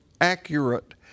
accurate